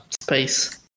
space